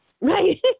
Right